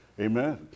Amen